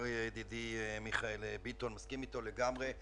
ידידי מיכאל ביטון, אני מסכים איתו לגמרי.